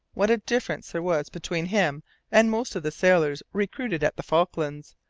what a difference there was between him and most of the sailors recruited at the falklands,